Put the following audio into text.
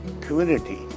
community